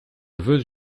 veux